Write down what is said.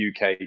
UK